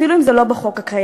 אפילו אם זה לא בחוק הקיים.